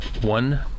One